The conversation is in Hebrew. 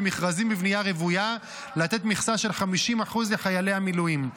במכרזים בבנייה רוויה לתת מכסה של 50% לחיילי המילואים.